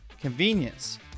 convenience